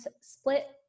split